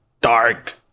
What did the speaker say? dark